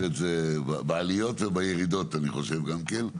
את זה בעליות ובירידות אני חושב גם כן.